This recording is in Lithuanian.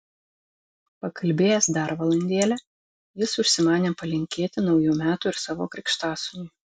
pakalbėjęs dar valandėlę jis užsimanė palinkėti naujų metų ir savo krikštasūniui